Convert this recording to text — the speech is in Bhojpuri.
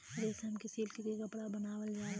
रेशम से सिल्क के कपड़ा बनावल जाला